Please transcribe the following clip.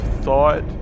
thought